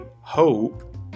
hope